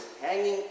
hanging